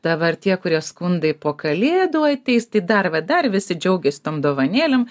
dabar tie kurie skundai po kalėdų ateis tai dar va dar visi džiaugiasi tom dovanėlėm